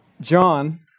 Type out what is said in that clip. John